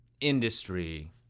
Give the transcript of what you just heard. industry